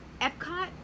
Epcot